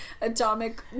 atomic